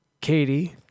Katie